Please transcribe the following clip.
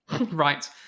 right